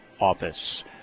office